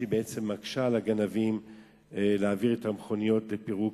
שבעצם מקשה על הגנבים להעביר את המכוניות לפירוק.